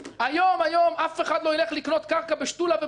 היום אף אחד לא ילך לקנת קרקע בשתולה ובזרעית,